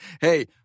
Hey